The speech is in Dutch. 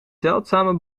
zeldzame